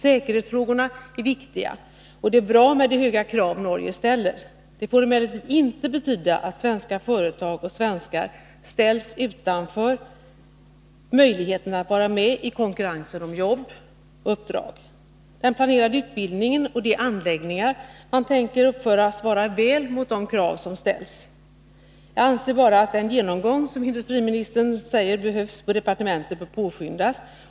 Säkerhetsfrågorna är viktiga, och det är bra med de höga krav Norge ställer. Det får emellertid inte betyda att svenska företag och svenskar ställs utanför möjligheten att vara med i konkurrensen om jobb och uppdrag. Den planerade utbildningen och de anläggningar man tänker uppföra svarar väl mot de krav som ställs. Jag anser att den genomgång som industriministern säger behövs på departementen bör påskyndas.